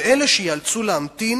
ואלה שייאלצו להמתין